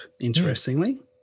interestingly